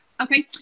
Okay